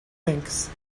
thinks